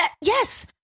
Yes